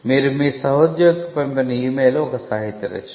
మీరు మీ సహోద్యోగికి పంపిన ఈ మెయిల్ ఒక సాహిత్య రచన